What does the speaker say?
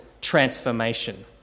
transformation